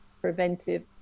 preventive